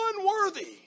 unworthy